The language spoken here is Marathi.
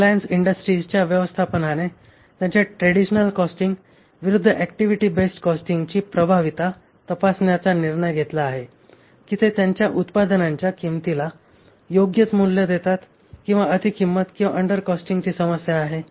रिलायन्स इंडस्ट्रीजच्या व्यवस्थापनाने त्यांच्या ट्रेडिशनल कॉस्टिंग विरूद्ध ऍक्टिव्हिटी बेस्ड कॉस्टिंगची प्रभावीता तपासण्याचा निर्णय घेतला आहे की ते त्यांच्या उत्पादनाच्या किंमतीला योग्यच मूल्य देतात किंवा अती किंमत किंवा अंडर कॉस्टिंगची समस्या आहे